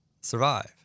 survive